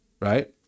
right